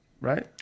Right